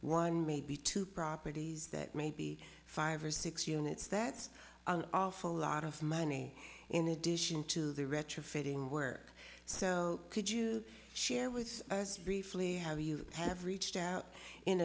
one maybe two properties that may be five or six units that's an awful lot of money in addition to the retrofitting work so could you share with us briefly have you have reached out in